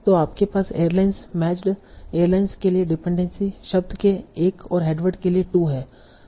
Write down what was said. तो आपके पास एयरलाइन्स मैचड एयरलाइन्स के लिए डिपेंडेंसी शब्द के एक और हेडवर्ड के लिए 2 है